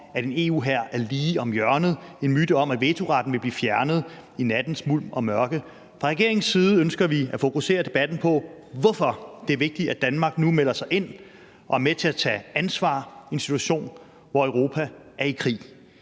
at en EU-hær er lige om hjørnet, en myte om, at vetoretten vil blive fjernet i nattens mulm og mørke. Fra regeringens side ønsker vi at fokusere debatten på, hvorfor det er vigtigt at Danmark nu melder sig ind og er med til at tage ansvar i en situation, hvor Europa er i krig,